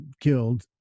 killed